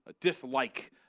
dislike